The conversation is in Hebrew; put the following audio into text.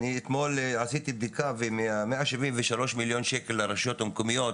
אני אתמול עשיתי בדיקה ומהמאה שבעים ושלוש שקל לרשויות המקומיות